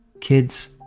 Kids